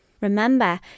Remember